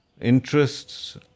interests